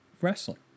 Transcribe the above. wrestling